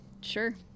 sure